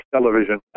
television